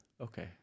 okay